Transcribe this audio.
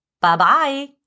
Bye-bye